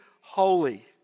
holy